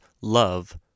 love